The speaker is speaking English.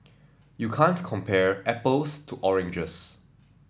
you can't compare apples to oranges